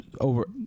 over